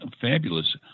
fabulous